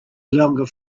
longer